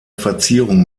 verzierung